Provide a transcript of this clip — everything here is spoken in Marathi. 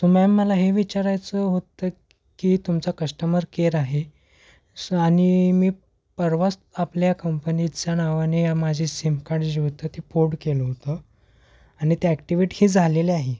सो मॅम मला हे विचारायचं होतं की तुमचा कस्टमर केअर आहे स आणि मी परवाच आपल्या कंपनीच्या नावाने माझी सिमकार्ड जी होतं ती पोर्ड केलं होतं आणि ते ॲक्टि्वेट ही झालेले आहे